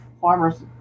farmers